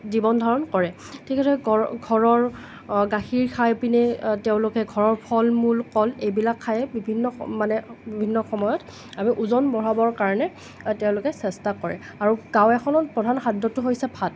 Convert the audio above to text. জীৱন ধাৰণ কৰে ঠিক সেইদৰে গ ঘৰৰ গাখীৰ খাই পিনে তেওঁলোকে ঘৰৰ ফল মূল কল এইবিলাক খায় বিভিন্ন মানে বিভিন্ন সময়ত আমি ওজন বঢ়াবৰ কাৰণে তেওঁলোকে চেষ্টা কৰে আৰু গাঁও এখনত প্ৰধান খাদ্যটো হৈছে ভাত